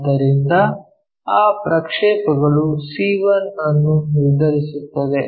ಆದ್ದರಿಂದ ಆ ಪ್ರಕ್ಷೇಪಗಳು c1 ಅನ್ನು ನಿರ್ಧರಿಸುತ್ತದೆ